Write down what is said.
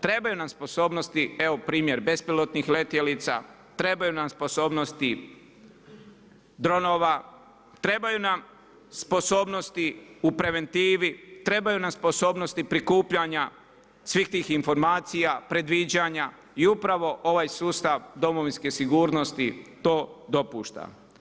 Trebaju nam sposobnost, evo primjer bespilotnih letjelica, trebaju nam sposobnosti dronova, trebaju nam sposobnosti u preventivi, trebaju nam sposobnosti prikupljanja svih tih informacija, predviđanja i upravo ovaj sustav domovinske sigurnosti to dopušta.